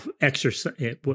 exercise